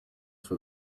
for